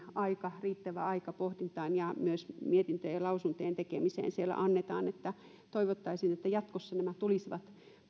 aika riittävä aika pohdintaan ja myös mietintöjen ja lausuntojen tekemiseen siellä annetaan toivottaisiin että jatkossa nämä tulisivat